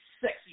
sexy